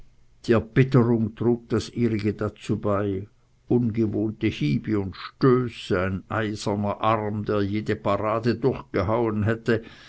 die erbitterung trug das ihrige dazu bei ungewohnte hiebe und stöße ein eiserner arm der jede parade durchgehauen hätte